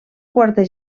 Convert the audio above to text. quarter